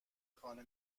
خانه